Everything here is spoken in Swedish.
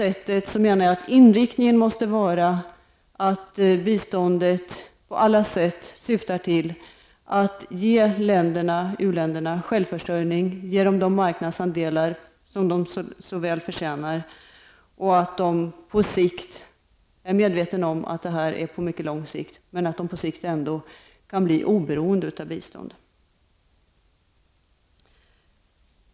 Inriktningen måste vara att biståndet på alla sätt syftar till att ge u-länderna självförsörjning, ge dem de marknadsandelar som de så väl förtjänar. De skall vara medvetna om att biståndet ges på mycket lång sikt men att de ändå så småningom skall kunna bli oberoende av biståndet.